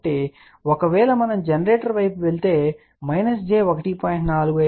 కాబట్టి ఒకవేళ మనము జనరేటర్ వైపు వెళితే j 1